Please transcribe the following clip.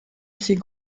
ses